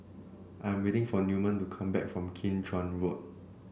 I am waiting for Newman to come back from Kim Chuan Road